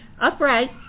Upright